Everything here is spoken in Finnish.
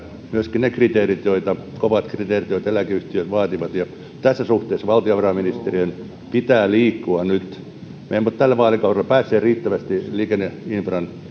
myöskin ne kovat kriteerit joita eläkeyhtiöt vaativat ja tässä suhteessa valtiovarainministeriön pitää liikkua nyt me emme ole tällä vaalikaudella päässeet riittävästi liikenneinfran